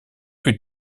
plus